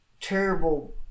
terrible